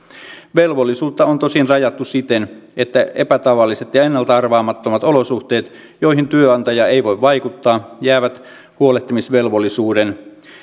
velvollisuutta on tosin rajattu siten että epätavalliset ja ennalta arvaamattomat olosuhteet joihin työnantaja ei voi vaikuttaa jäävät huolehtimisvelvollisuuden